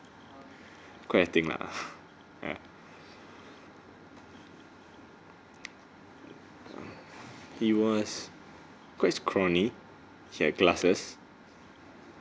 quite thin lah ya he was quite scrawny he has glasses